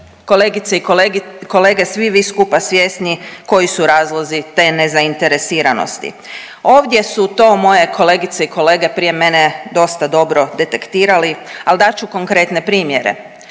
kolegice i kolege svi vi skupa svjesni koji su razlozi te nezainteresiranosti? Ovdje su to moje kolegice i kolege prije mene dosta dobro detektirali, ali dat ću konkretne primjere.